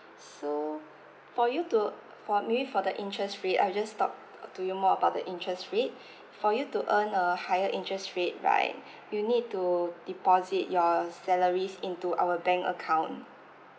so for you to for maybe for the interest rate I'll just talk to you more about the interest rate for you to earn uh higher interest rate right you need to deposit your salaries into our bank account